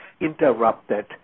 interrupted